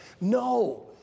No